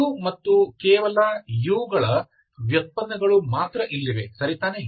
u ಮತ್ತು ಕೇವಲ u ಗಳ ವ್ಯುತ್ಪನ್ನಗಳು ಮಾತ್ರ ಇಲ್ಲಿವೆ ಸರಿತಾನೇ